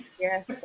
Yes